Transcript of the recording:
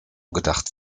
gedacht